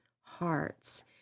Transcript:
hearts